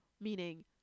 meaning